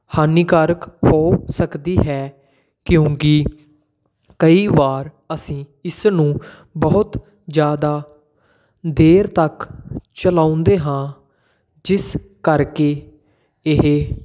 ਹਾਨੀਕਾਰਕ ਹੋ ਸਕਦੀ ਹੈ ਕਿਉਂਕਿ ਕਈ ਵਾਰ ਅਸੀਂ ਇਸ ਨੂੰ ਬਹੁਤ ਜ਼ਿਆਦਾ ਦੇਰ ਤੱਕ ਚਲਾਉਂਦੇ ਹਾਂ ਜਿਸ ਕਰਕੇ ਇਹ